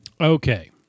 Okay